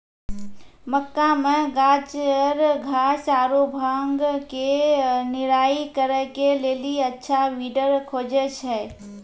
मक्का मे गाजरघास आरु भांग के निराई करे के लेली अच्छा वीडर खोजे छैय?